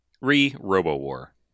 Re-Robo-War